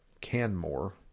Canmore